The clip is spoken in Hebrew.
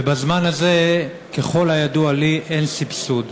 ובזמן הזה, ככל הידוע לי, אין סבסוד.